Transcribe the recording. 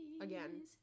Again